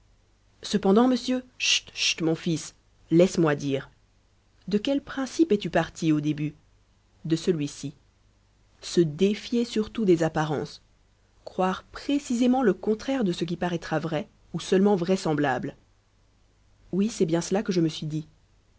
cependant monsieur chut chut mon fils laisse-moi dire de quel principe es-tu parti au début de celui-ci se défier surtout des apparences croire précisément le contraire de ce qui paraîtra vrai ou seulement vraisemblable oui c'est bien cela que je me suis dit